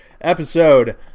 episode